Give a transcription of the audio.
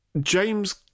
James